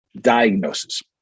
diagnosis